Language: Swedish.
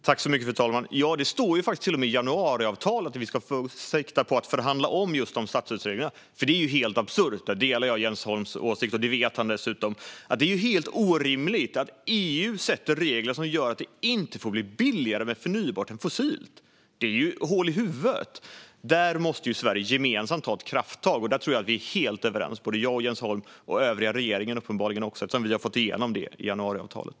Fru talman! Det står till och med i januariavtalet att vi ska sikta på att förhandla om statsstödsreglerna. Jag delar Jens Holms åsikt - det vet han dessutom - att det är helt absurt och orimligt att EU sätter regler som gör att det inte får bli billigare med förnybart än fossilt. Det är ju hål i huvudet. Där måste vi i Sverige gemensamt ta ett krafttag. Det tror jag att vi är överens om, jag och Jens Holm och uppenbarligen regeringen också, eftersom vi har fått igenom det i januariavtalet.